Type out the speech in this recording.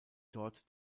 dort